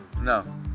No